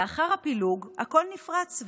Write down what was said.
לאחר הפילוג הכול נפרץ,